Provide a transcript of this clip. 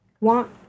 want